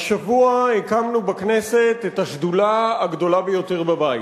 השבוע הקמנו בכנסת את השדולה הגדולה ביותר בבית,